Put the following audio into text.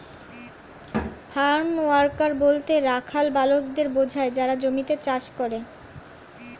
farm worker বলতে রাখাল বালকদের বোঝায় যারা জমিতে চাষ করে